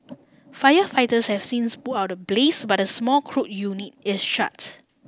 firefighters have since put out the blaze but the small crude unit is shut